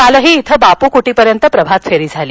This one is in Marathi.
कालही इथं बापू क्टीपर्यंत प्रभातफेरी झाली